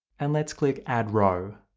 and let's click add row.